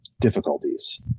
difficulties